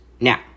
Now